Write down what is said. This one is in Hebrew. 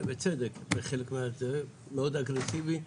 ובצדק בחלק מזה, מאוד אגרסיבי.